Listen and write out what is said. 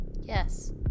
Yes